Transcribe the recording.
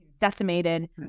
decimated